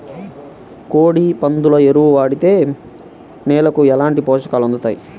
కోడి, పందుల ఎరువు వాడితే నేలకు ఎలాంటి పోషకాలు అందుతాయి